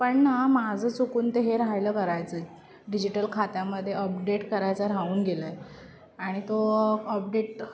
पण ना माझं चुकून ते हे राहिलं करायचं डिजिटल खात्यामध्ये अपडेट करायचा राहून गेलं आहे आणि तो अपडेट